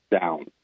down